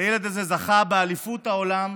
הילד הזה זכה באליפות העולם